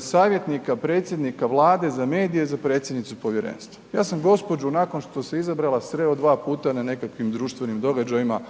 savjetnika predsjednika Vlade za medije za predsjednicu povjerenstva. Ja sam gospođu nakon što se izabrala sreo dva puta na nekakvim društvenim događajima